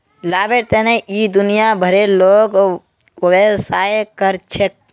लाभेर तने इ दुनिया भरेर लोग व्यवसाय कर छेक